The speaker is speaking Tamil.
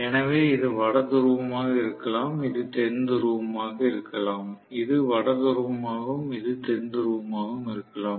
எனவே இது வட துருவமாக இருக்கலாம் இது தென் துருவமாக இருக்கலாம் இது வட துருவமாகவும் இது தென் துருவமாகவும் இருக்கலாம்